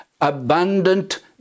abundant